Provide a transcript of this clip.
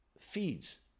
Feeds